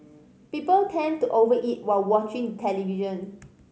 people tend to over eat while watching television